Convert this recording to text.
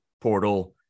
portal